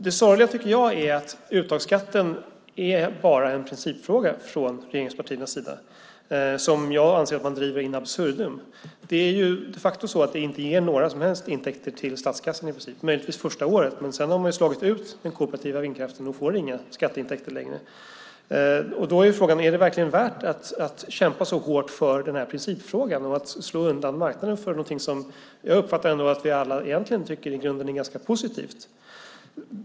Det sorgliga tycker jag är att uttagsskatten från regeringspartiernas sida bara är en principfråga som jag anser att man driver in absurdum. De facto ger det inga som helst intäkter till statskassan, möjligtvis första året, men sedan har man slagit ut den kooperativa vindkraften och får inte längre några skatteintäkter. Då är frågan: Är det verkligen värt att kämpa så hårt för den här principfrågan och slå undan marknaden för någonting som jag ändå uppfattar att vi alla i grunden tycker är positivt?